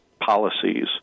policies